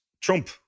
Trump